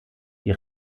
die